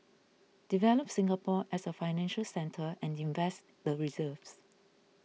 develop Singapore as a financial centre and invest the reserves